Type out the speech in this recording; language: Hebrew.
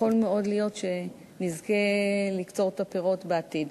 מאוד להיות שנזכה לקצור את הפירות בעתיד.